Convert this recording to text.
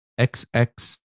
xx